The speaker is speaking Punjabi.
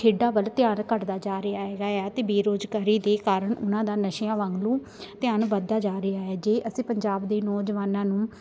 ਖੇਡਾਂ ਵੱਲ ਧਿਆਨ ਘੱਟਦਾ ਜਾ ਰਿਹਾ ਹੈਗਾ ਆ ਅਤੇ ਬੇਰੁਜ਼ਗਾਰੀ ਦੇ ਕਾਰਨ ਉਹਨਾਂ ਦਾ ਨਸ਼ਿਆਂ ਵੱਲ ਨੂੰ ਧਿਆਨ ਵੱਧਦਾ ਜਾ ਰਿਹਾ ਹੈ ਜੇ ਅਸੀਂ ਪੰਜਾਬ ਦੇ ਨੌਜਵਾਨਾਂ ਨੂੰ